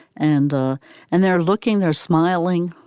and ah and they're looking they're smiling.